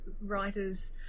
writers